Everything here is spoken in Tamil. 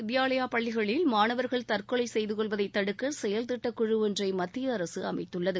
வித்யாலயா பள்ளிகளில் மாணவர்கள் தற்கொலை செய்துகொள்ளவதை தடுக்க செயல் நவோதயா திட்டக் குழு ஒன்றை மத்திய அரசு அமைத்துள்ளது